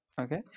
okay